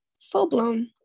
full-blown